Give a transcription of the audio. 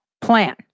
plan